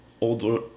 older